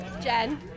Jen